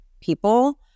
people